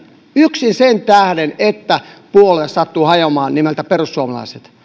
yksin sen tähden että puolue nimeltä perussuomalaiset sattuu hajoamaan